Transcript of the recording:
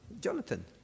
Jonathan